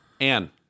Anne